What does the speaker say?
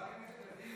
חברת הכנסת לזימי,